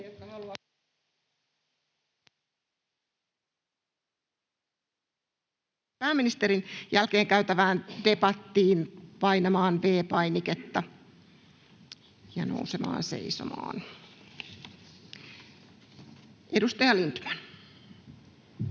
pääministerin jälkeen käytävään debattiin, painamaan V-painiketta ja nousemaan seisomaan. — Edustaja Lindtman.